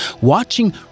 watching